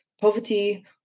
Poverty